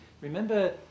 remember